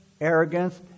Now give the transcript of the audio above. arrogance